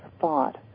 thought